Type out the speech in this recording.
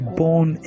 born